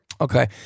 Okay